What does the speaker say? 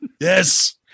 Yes